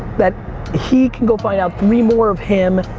that he can go find out three more of him.